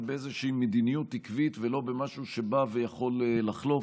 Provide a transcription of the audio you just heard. באיזושהי מדיניות עקבית ולא במשהו שבא ויכול לחלוף.